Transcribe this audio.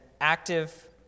active